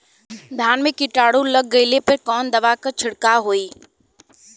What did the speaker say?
धान में कीटाणु लग गईले पर कवने दवा क छिड़काव होई?